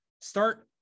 start